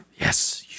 yes